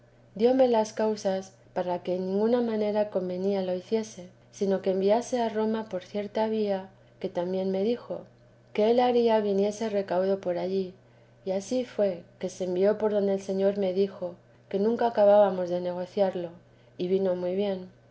dióme las causas para que en ninguna manera convenía lo hiciese sino que enviase a roma por cierta vía que también me dijo que él haría viniese recaudo por allí y ansí fué que se envió por donde el señor me dijo que nunca acabábamos de negociarlo y vino muy bien